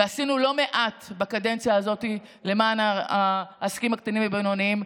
ועשינו לא מעט בקדנציה הזאת למען העסקים הקטנים והבינוניים,